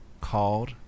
called